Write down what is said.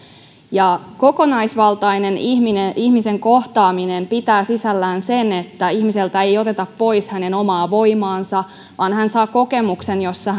kokonaisvaltainen ihmisen kohtaaminen pitää sisällään sen että ihmiseltä ei oteta pois hänen omaa voimaansa vaan hän saa kokemuksen jossa